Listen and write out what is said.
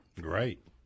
Great